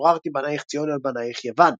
ועוררתי בניך ציון על-בניך יון"